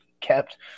kept